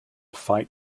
fight